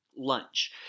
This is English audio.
lunch